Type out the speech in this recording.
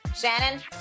Shannon